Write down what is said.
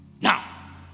now